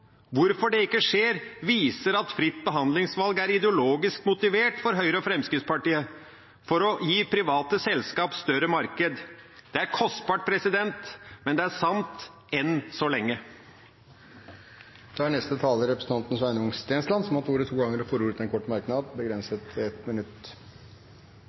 Hvorfor det ikke skjer, viser at fritt behandlingsvalg er ideologisk motivert for Høyre og Fremskrittspartiet, for å gi private selskaper større markeder. Det er kostbart, men det er sant – enn så lenge. Sveinung Stensland har hatt ordet to ganger og får ordet til en kort merknad, begrenset til 1 minutt.